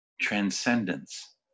transcendence